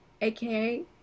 aka